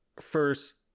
first